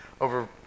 over